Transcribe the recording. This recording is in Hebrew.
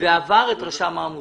ועבר את רשם העמותות.